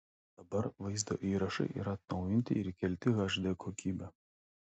dabar vaizdo įrašai yra atnaujinti ir įkelti hd kokybe